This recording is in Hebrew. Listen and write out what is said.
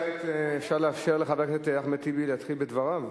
אפשר לאפשר לחבר הכנסת אחמד טיבי להתחיל בדבריו?